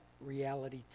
reality